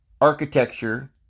architecture